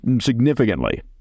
significantly